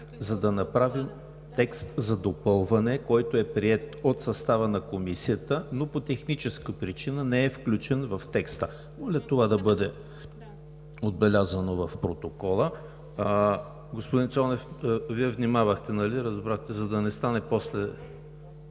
за да направим текст за допълване, който е приет от състава на Комисията, но по техническа причина не е включен в текста. Моля, това да бъде отбелязано в протокола. Господин Цонев, Вие внимавахте нали? Разбрахте? За да не стане после